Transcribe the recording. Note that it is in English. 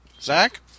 Zach